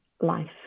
life